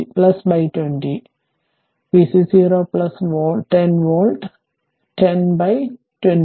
അതിനാൽ vc 0 10 volt അതിനാൽ 10 20